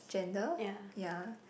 gender ya